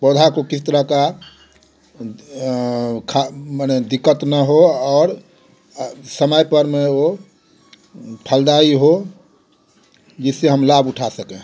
पौधे को किस तरह का खा माने दिक्कत ना हो और समय पर में वो फलदायी हो जिससे हम लाभ उठा सकें